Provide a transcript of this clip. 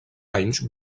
anys